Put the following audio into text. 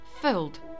filled